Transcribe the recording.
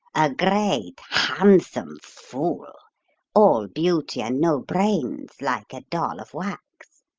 a great, handsome fool all beauty and no brains, like a doll of wax!